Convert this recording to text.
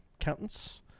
Accountants